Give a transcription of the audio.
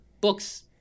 books